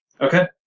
Okay